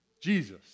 Jesus